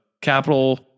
capital